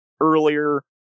earlier